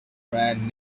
brand